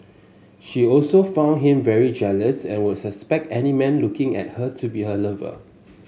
she also found him very jealous and would suspect any man looking at her to be her lover